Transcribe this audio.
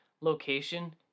location